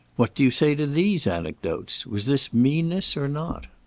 what do you say to these anecdotes? was this meanness or not?